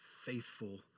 faithful